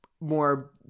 more